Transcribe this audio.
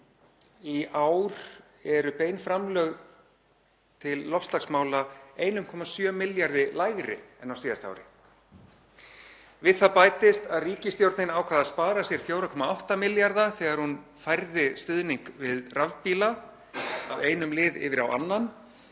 Í ár eru bein framlög til loftslagsmála 1,7 milljörðum lægri en á síðasta ári. Við það bætist að ríkisstjórnin ákvað að spara sér 4,8 milljarða þegar hún færði stuðning við rafbíla af einum lið yfir á annan,